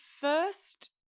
first